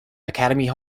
academy